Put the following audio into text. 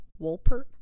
wolpert